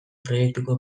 proiektuko